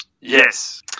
Yes